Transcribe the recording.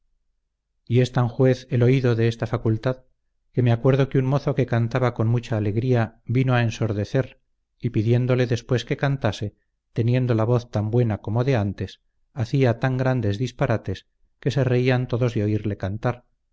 y es tan juez el oído de esta facultad que me acuerdo que un mozo que cantaba con mucha alegría vino a ensordecer y pidiéndole después que cantase teniendo la voz tan buena como de antes hacía tan grandes disparates que se reían todos de oírle cantar